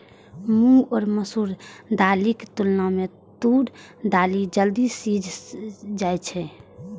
मूंग आ मसूर दालिक तुलना मे तूर दालि जल्दी सीझ जाइ छै